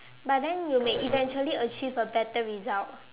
but then you may eventually achieve a better result